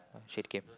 I'm chicken